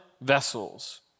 vessels